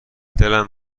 دلم